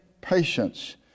patience